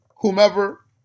whomever